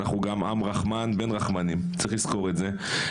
אנחנו גם עם רחמן בן רחמנים, צריך לזכור את זה.